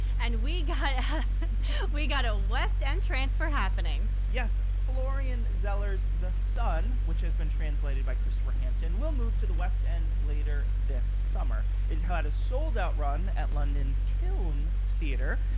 and we got we got a west end transfer happening yes, florian zeller's the son, which has been translated by christopher hampton, will move to the west end later this summer. it had a sold-out run at london's kiln theater.